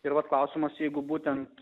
ir vat klausimas jeigu būtent